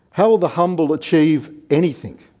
how will the humble achieve anything,